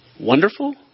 Wonderful